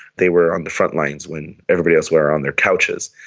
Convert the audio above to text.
they were on the front lines when everybody else were on their couches.